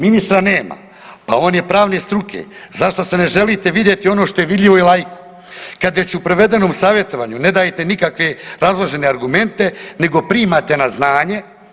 Ministra nema, a on je pravne struke, zašto se ne želite vidjeti ono što je vidljivo i laiku kad već u prevedenom savjetovanju ne dajete nikakve razložene argumente nego primate na znanje.